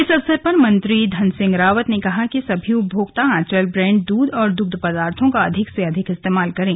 इस अवसर पर मंत्री धन सिंह रावत ने कहा कि सभी उपभोक्ता आंचल ब्राण्ड दूध और दुध पदार्थो का अधिक से अधिक इस्तेमाल करें